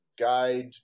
guide